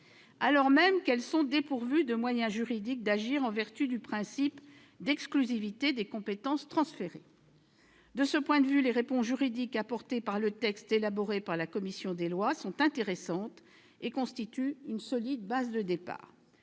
alors même qu'elles sont dépourvues de moyens juridiques d'agir, en vertu du principe d'exclusivité des compétences transférées. Eh oui ! De ce point de vue, les réponses juridiques apportées par le texte élaboré par la commission des lois sont intéressantes et constituent une solide base de départ.